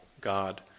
God